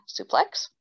suplex